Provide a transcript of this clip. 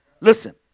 Listen